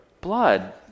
Blood